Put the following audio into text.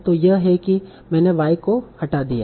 तो यह है कि मैंने y को हटा दिया है